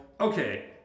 okay